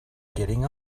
getting